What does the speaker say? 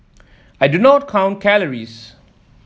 I do not count calories